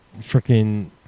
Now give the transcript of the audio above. freaking